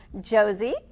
Josie